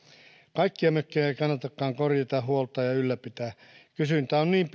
kaikkia mökkejä ei kannatakaan korjata huoltaa ja ylläpitää kysyntä on niin